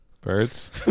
Birds